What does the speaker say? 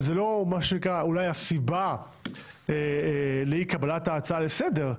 זו לא הסיבה לאי קבלת ההצעה לסדר,